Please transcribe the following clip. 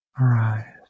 arise